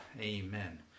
amen